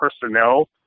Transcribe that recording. personnel